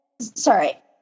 Sorry